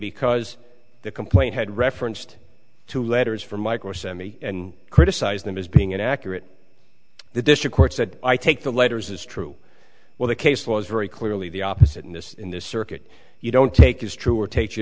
because the complaint had referenced two letters from my course and me and criticize them as being inaccurate the district court said i take the letters as true well the case law is very clearly the opposite in this in this circuit you don't take is true or take you